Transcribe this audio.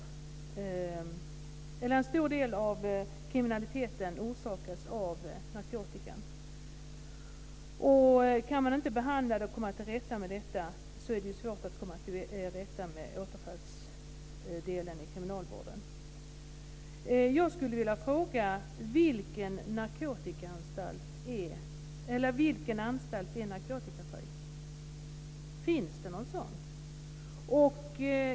En stor del av kriminaliteten orsakas ju av narkotikan. Om man inte kan behandla det och komma till rätta med detta är det svårt att komma till rätta med återfallsproblemet i kriminalvården.